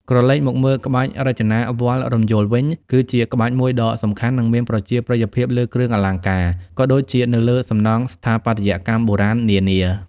ក្រឡេកមកមើលក្បាច់រចនាវល្លិ៍រំយោលវិញ គឺជាក្បាច់មួយដ៏សំខាន់ និងមានប្រជាប្រិយភាពលើគ្រឿងអលង្ការ ក៏ដូចជានៅលើសំណង់ស្ថាបត្យកម្មបុរាណនានា។